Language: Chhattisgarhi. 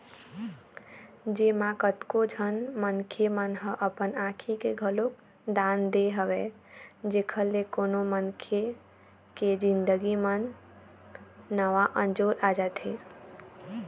जेमा कतको झन मनखे मन ह अपन आँखी के घलोक दान दे हवय जेखर ले कोनो मनखे के जिनगी म नवा अंजोर आ जाथे